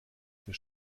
der